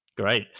Great